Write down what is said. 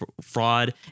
fraud